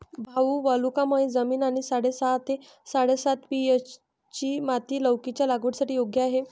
भाऊ वालुकामय जमीन आणि साडेसहा ते साडेसात पी.एच.ची माती लौकीच्या लागवडीसाठी योग्य आहे